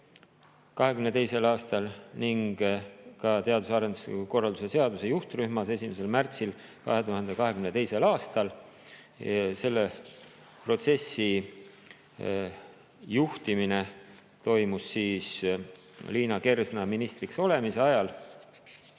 2022. aastal ning ka teadus- ja arendustegevuse korralduse seaduse juhtrühmas 1. märtsil 2022. aastal. Selle protsessi juhtimine toimus Liina Kersna ministriks olemise ajal